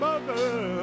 Mother